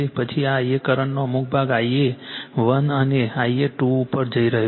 પછી આ Ia કરંટનો અમુક ભાગ Ia 1 અને Ia 2 ઉપર જઈ રહ્યો છે